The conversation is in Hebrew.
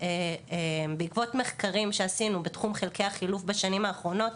בעקבות המחקרים שעשינו בתחום חלקי החילוף בשנים האחרונות,